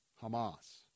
Hamas